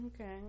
Okay